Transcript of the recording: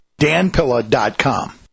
danpilla.com